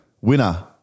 Winner